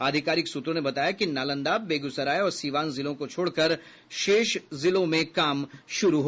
आधिकारिक सूत्रों ने बताया कि नालंदा बेगूसराय और सीवान जिलों को छोड़कर शेष जिलों में काम शुरू होगा